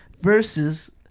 versus